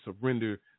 surrender